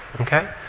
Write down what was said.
Okay